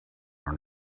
are